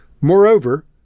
Moreover